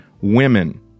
women